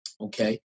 Okay